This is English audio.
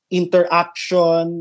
interaction